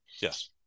Yes